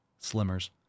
Slimmers